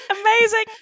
Amazing